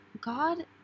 God